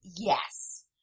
yes